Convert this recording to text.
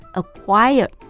acquire